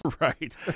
Right